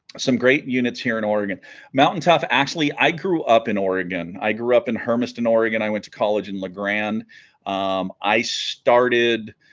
some great units here in oregon mountain tough actually i grew up in oregon i grew up in hermiston oregon i went to college in legrand um i started